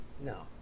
No